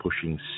pushing